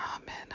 Amen